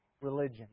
religion